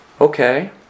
okay